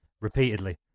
repeatedly